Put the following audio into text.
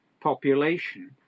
population